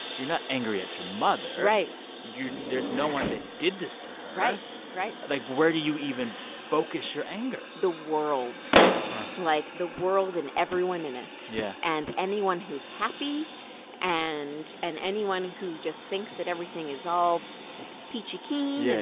you're not angry at your mother right you there's no one that did this to her right. right like, where do you even focus your anger? the world like, the world and everyone in it yeah. and anyone who's happy and and anyone who just thinks that everything is all peachy keen. yeah